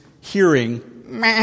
hearing